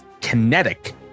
Kinetic